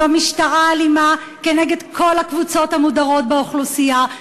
זו משטרה אלימה נגד כל הקבוצות המודרות באוכלוסייה,